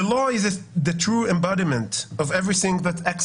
The law is the true embodiment Of everything that’s